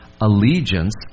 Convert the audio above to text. allegiance